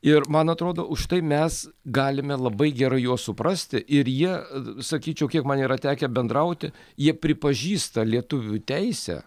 ir man atrodo už tai mes galime labai gerai juos suprasti ir jie sakyčiau kiek man yra tekę bendrauti jie pripažįsta lietuvių teisę